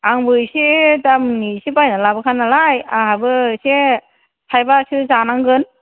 आंबो एसे दामनि एसे बायनानै लाबोखानाय नालाय आंहाबो एसे थाइबासो जानांगोन